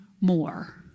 more